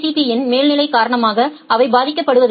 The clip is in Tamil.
பி யின் மேல்நிலை காரணமாக அவை பாதிக்கப்படுவதில்லை